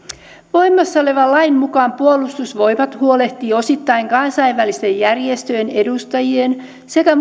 voimassa olevan lain mukaan puolustusvoimat huolehtii osittain kansainvälisten järjestöjen edustajien sekä